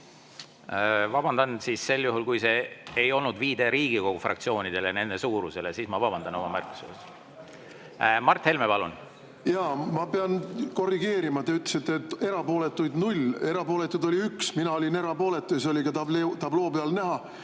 Vabandan sel juhul, kui see ei olnud viide Riigikogu fraktsioonidele ja nende suurusele. Siis ma vabandan oma märkuse pärast. Mart Helme, palun! Jaa, ma pean korrigeerima. Te ütlesite, et erapooletuid 0. Erapooletuid oli 1. Mina olin erapooletu ja see oli ka tabloo peal näha.